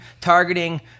targeting